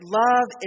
love